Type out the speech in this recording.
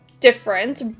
different